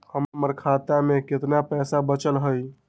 हमर खाता में केतना पैसा बचल हई?